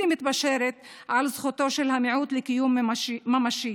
מתפשרת על זכותו של המיעוט לקיום ממשי.